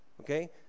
okay